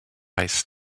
est